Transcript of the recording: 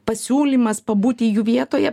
pasiūlymas pabūti jų vietoje